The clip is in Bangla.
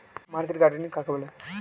মার্কেট গার্ডেনিং কাকে বলে?